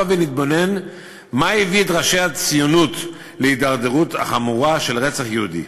הבה ונתבונן מה הביא את ראשי הציונות להידרדרות החמורה של רצח יהודי.